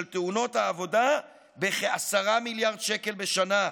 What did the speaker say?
תאונות העבודה בכ-10 מיליארד שקל בשנה.